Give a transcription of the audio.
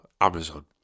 Amazon